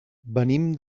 venim